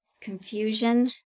confusion